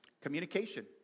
communication